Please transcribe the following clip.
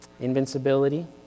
invincibility